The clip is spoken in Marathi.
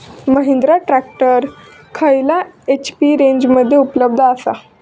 महिंद्रा ट्रॅक्टर खयल्या एच.पी रेंजमध्ये उपलब्ध आसा?